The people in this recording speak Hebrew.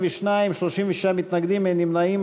22, 36 מתנגדים, אין נמנעים.